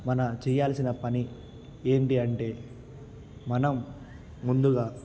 మన చేయాల్సిన పని ఏంటి అంటే మనం ముందుగా